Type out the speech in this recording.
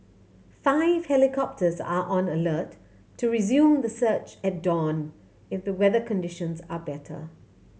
five helicopters are on alert to resume the search at dawn if the weather conditions are better